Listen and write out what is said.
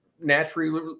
naturally –